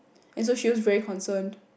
and so she looks very concerned